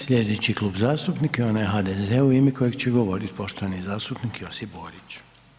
Slijedeći Klub zastupnika je onaj HDZ-a u ime kojeg će govorit poštovani zastupnik Josip Borić.